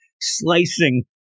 Slicing